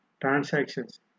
transactions